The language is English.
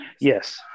yes